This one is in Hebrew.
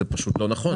זה לא נכון.